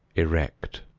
erect.